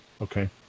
Okay